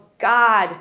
God